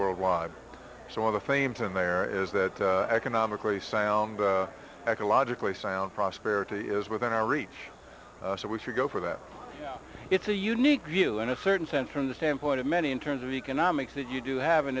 worldwide so all the fames and there is that economically sound ecologically sound prosperity is within our reach so we should go for that it's a unique view in a certain sense from the standpoint of many in terms of economics that you do have an